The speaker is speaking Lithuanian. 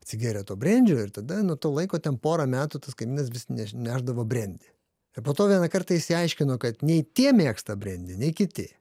atsigėrė to brendžio ir tada nuo to laiko ten porą metų tas kaimynas vis nešdavo brendį ir po to vieną kartą išsiaiškino kad nei tie mėgsta brendį nei kiti